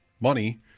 money